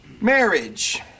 marriage